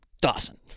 Dawson